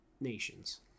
nations